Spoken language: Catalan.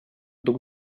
duc